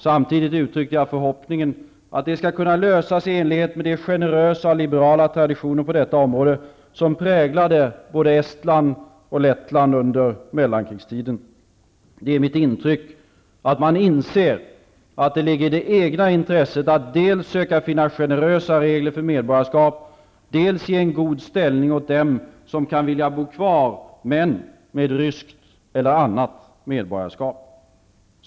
Samtidigt uttryckte jag förhoppningen att de skall kunna lösas i enlighet med de generösa och liberala traditioner på detta område som präglade både Estland och Det är mitt intryck att man inser att det ligger i det egna intresset att dels söka finna generösa regler för medborgarskap, dels ge en god ställning åt dem som kan vilja bo kvar men med ryskt eller annat medborgarskap.